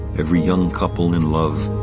every young couple in love.